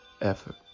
effort